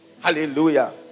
Hallelujah